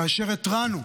כאשר התרענו,